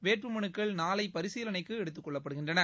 வேட்புமனுக்கள் நாளை பரிசீலனைக்கு எடுத்துக்கெள்ளப்படுகின்றன